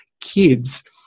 kids